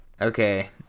okay